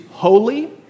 holy